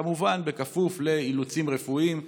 כמובן, בכפוף לאילוצים רפואיים.